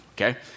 Okay